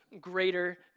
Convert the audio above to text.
greater